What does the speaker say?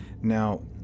now